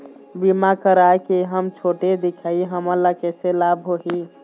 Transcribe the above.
बीमा कराए के हम छोटे दिखाही हमन ला कैसे लाभ होही?